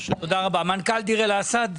מנכ"לית דיר אל אסד.